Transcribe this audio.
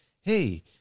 hey